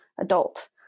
adult